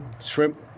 shrimp